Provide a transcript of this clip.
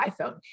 iPhone